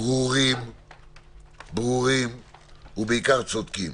ברורים ובעיקר צודקים.